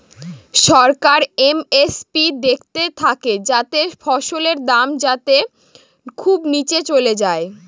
সরকার MSP দেখতে থাকে যাতে ফসলের দাম যাতে খুব নীচে চলে যায়